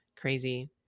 crazy